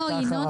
ואתה אחריו.